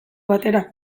batera